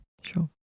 Sure